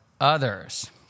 others